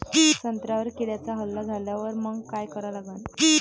संत्र्यावर किड्यांचा हल्ला झाल्यावर मंग काय करा लागन?